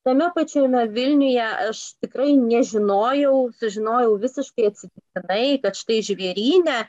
tame pačiame vilniuje aš tikrai nežinojau sužinojau visiškai atsitiktinai kad štai žvėryne